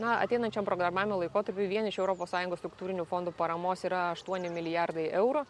na ateinančiam programavimo laikotarpiui vien iš europos sąjungos struktūrinių fondų paramos yra aštuoni milijardai eurų